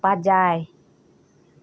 ᱯᱟᱡᱟᱭ